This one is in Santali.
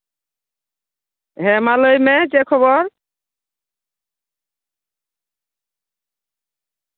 ᱦᱮᱸ ᱢᱟ ᱞᱟᱹᱭ ᱢᱮ ᱪᱮᱫ ᱠᱷᱚᱵᱚᱨ